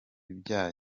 byayo